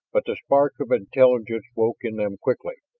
but the spark of intelligence awoke in them quickly.